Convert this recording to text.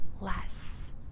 less